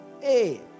Hey